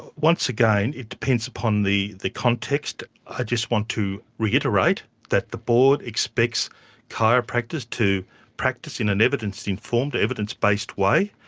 once again, it depends upon the the context. i just want to reiterate that the board expects chiropractors to practice in an evidence informed, evidence based way,